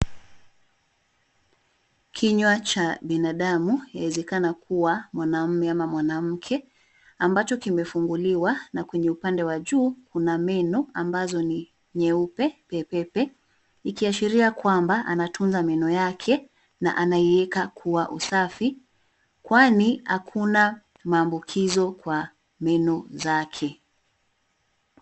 Kinywa cha binadamu, yawezekana kuwa mwanamume ama mwanamke, ambacho kimefunguliwa, na kwenye upande wa juu kuna meno, ambazo ni nyeupe pepepe. Likiashiria kwamba, anatunza meno yake, na anaiweka kuwa usafi, kwani, hakuna maambukizo kwa meno zake.